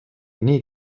nii